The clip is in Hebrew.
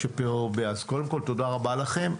אז קודם כל תודה רבה לכם,